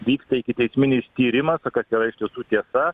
vyksta ikiteisminį tyrimą kas yra iš tiesų tiesa